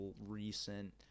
recent